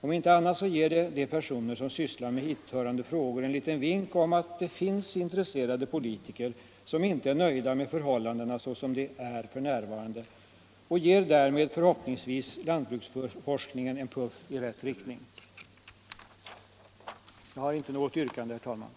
Om inte annat så ger det de personer som sysslar med hithörande frågor en liten vink om att det finns intresserade politiker som inte är nöjda med förhållandena såsom de är f. n., och det ger därmed förhoppningsvis lantbruksforskningen en puff i rätt riktning. Jag har inte något yrkande, herr talman.